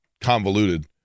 convoluted